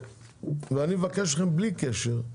אני מבקש מכם בלי קשר,